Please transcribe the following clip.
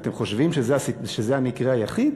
ואתם חושבים שזה המקרה היחיד?